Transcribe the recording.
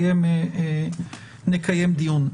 נקיים דיון.